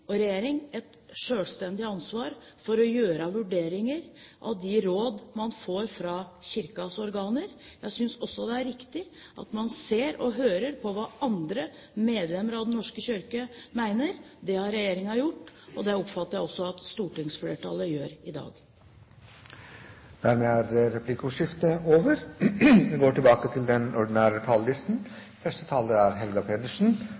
og regjering et selvstendig ansvar for å gjøre vurderinger av de råd man får fra Kirkens organer. Jeg synes også det er riktig at man ser og hører på hva andre medlemmer av Den norske kirke mener. Det har regjeringen gjort, og det oppfatter jeg også at stortingsflertallet gjør i dag. Dermed er replikkordskiftet over.